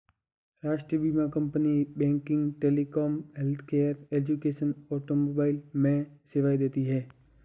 राष्ट्रीय बीमा company banking, telecom, healthcare, education, automobile में सेवाएं देती है